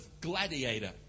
Gladiator